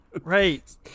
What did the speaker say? right